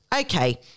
okay